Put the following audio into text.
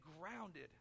grounded